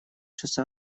что